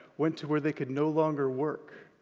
went to where they could no longer work,